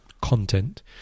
content